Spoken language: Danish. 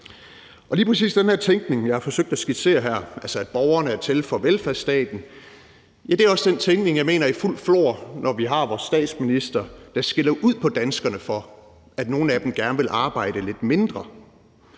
Lige præcis den her tænkning, som jeg har forsøgt at skitsere her, altså at borgerne er til for velfærdsstaten, er også den tænkning, jeg mener er i fuldt flor, når vi har vores statsminister, der skælder ud på danskerne for, at nogle af dem gerne vil arbejde lidt mindre.